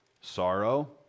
sorrow